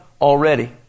already